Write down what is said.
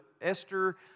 Esther